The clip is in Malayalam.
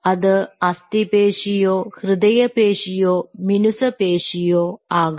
അത് അസ്ഥിപേശിയോ ഹൃദയപേശിയോ മിനുസപേശിയോ ആകാം